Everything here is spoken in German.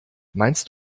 meinst